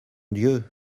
dieu